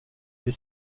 des